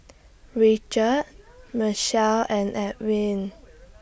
Richard Mechelle and Edwin